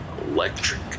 Electric